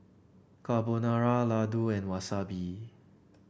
Carbonara Ladoo and Wasabi